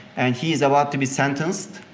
and he's about to be sentenced.